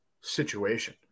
situation